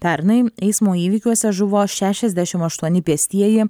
pernai eismo įvykiuose žuvo šešiasdešim aštuoni pėstieji